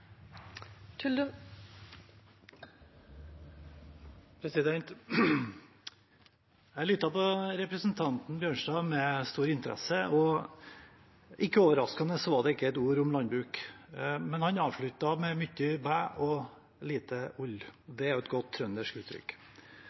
Jeg lyttet til representanten Bjørnstad med stor interesse. Ikke overraskende sa han ikke et ord om landbruk, men han avsluttet med «myttji bæ og lite ull». Det er jo et godt trøndersk uttrykk.